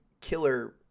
killer